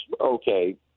okay